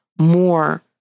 more